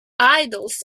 idols